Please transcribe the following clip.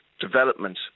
development